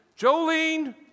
Jolene